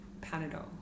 Panadol